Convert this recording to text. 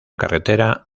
carretera